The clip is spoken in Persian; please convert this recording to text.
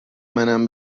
منم